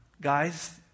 guys